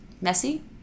Messy